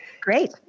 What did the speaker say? great